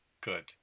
Good